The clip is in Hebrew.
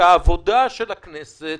שהעבודה של הכנסת,